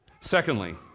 Secondly